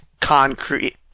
concrete